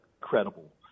credible